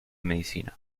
medicina